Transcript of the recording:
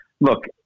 look